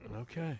Okay